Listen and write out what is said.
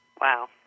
Wow